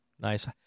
nice